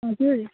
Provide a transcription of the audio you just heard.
हजुर